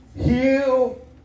Heal